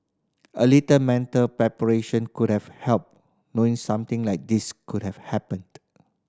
a little mental preparation could have helped knowing something like this could have happened